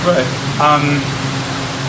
Right